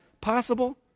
possible